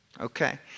Okay